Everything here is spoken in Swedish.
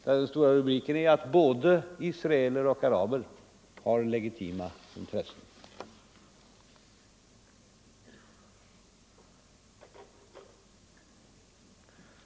I stora rubriker står att både Israel och araber har legitima intressen.